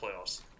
playoffs